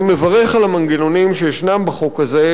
אני מברך על המנגנונים שישנם בחוק הזה,